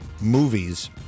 movies